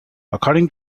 according